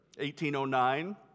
1809